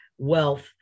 wealth